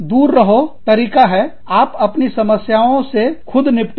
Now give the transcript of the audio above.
दूर रहो तरीका है आप अपनी समस्याओं से खुद निपटो